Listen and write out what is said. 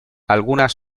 algunas